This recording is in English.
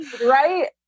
Right